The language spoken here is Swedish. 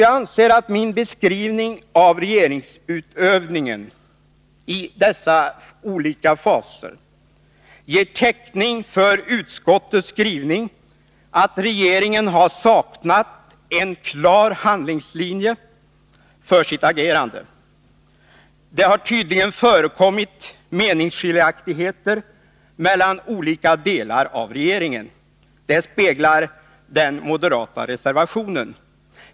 Jag anser att min beskrivning av regeringsutövningen i dessa olika faser ger täckning för utskottets skrivning att regeringen har saknat en klar handlingslinje för sitt agerande. Det har tydligen förekommit meningsskiljaktligheter mellan olika delar av regering en. Det speglar den moderata reservationen.